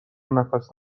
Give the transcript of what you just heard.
نفس